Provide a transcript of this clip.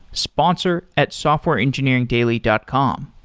sponsor at softwareengineeringdaily dot com.